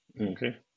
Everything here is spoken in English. okay